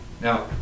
Now